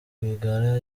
rwigara